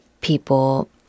people